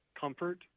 comfort